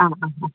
ആ ആ ആ